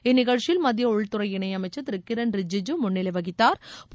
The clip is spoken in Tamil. இந்நிகழ்ச்சியில் மத்திய உள்துறை இணையமைச்சர் திரு கிரண் ரிஜிஜூ முன்னிலை வகித்தாா்